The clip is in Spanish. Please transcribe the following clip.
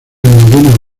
noveno